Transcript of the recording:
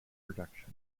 production